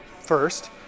first